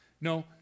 No